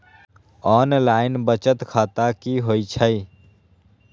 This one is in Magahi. ऑनलाइन बचत खाता की होई छई?